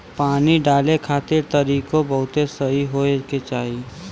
पानी डाले खातिर तरीकों बहुते सही होए के चाही